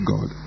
God